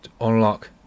unlock